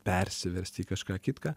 persiverst į kažką kitką